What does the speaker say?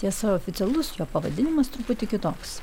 tiesa oficialus jo pavadinimas truputį kitoks